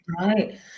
Right